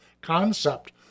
concept